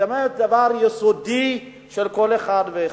דבר יסודי של כל אחד ואחד.